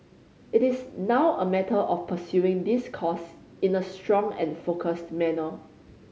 it is now a matter of pursuing this course in a strong and focused manner